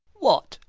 what,